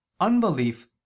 unbelief